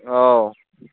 औ